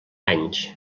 anys